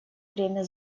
время